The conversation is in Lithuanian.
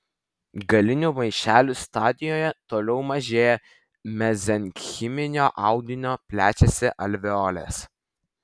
galinių maišelių stadijoje toliau mažėja mezenchiminio audinio plečiasi alveolės